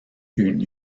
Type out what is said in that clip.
une